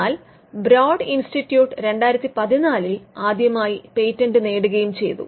എന്നാൽ Broad Institute 2014 ൽ ആദ്യമായി പേറ്റന്റ് നേടുകയും ചെയ്തു